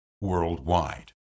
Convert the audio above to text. worldwide